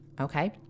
Okay